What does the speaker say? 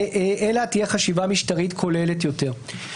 אלא שתהיה חשיבה משטרית כוללת יותר.